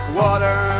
water